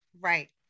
right